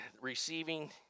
receiving